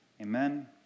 amen